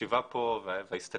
החשיבה כאן וההסתכלות,